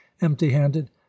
empty-handed